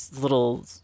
little